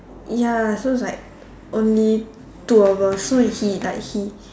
ya so it's like only two of us so he like he